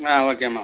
ஆ ஓகேம்மா